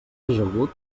ajagut